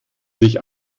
sich